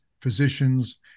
physicians